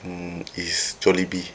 mm is Jollibee